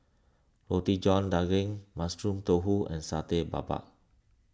Roti John Daging Mushroom Tofu and Satay Babat